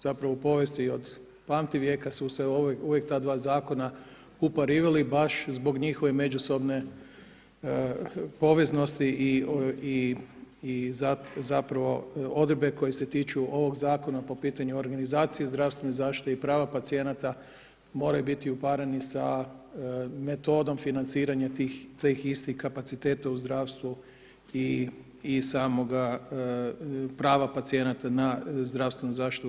Zapravo u povijesti od pamtivijeka su se uvijek ta dva zakona uparivali baš zbog njihove međusobne poveznosti i zapravo odredbe koje se tiču ovog zakona po pitanju organizacije zdravstvene zaštite i prava pacijenata moraju biti upareni sa metodom financiranja tih istih kapaciteta u zdravstvu i samoga prava pacijenata na zdravstvenu zaštitu u RH.